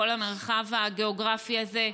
בכל המרחב הגיאוגרפי הזה.